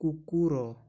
କୁକୁର